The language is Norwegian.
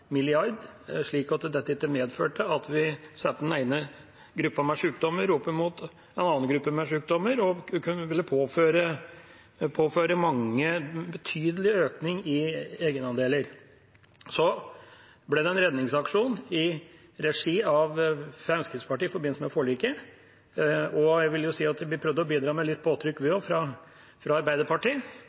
sjukdommer opp mot en annen og påførte mange en betydelig økning i egenandeler. Så ble det en redningsaksjon i regi av Fremskrittspartiet i forbindelse med forliket, og jeg vil jo si at også vi fra Arbeiderpartiet prøvde å bidra med litt påtrykk,